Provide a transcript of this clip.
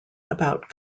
about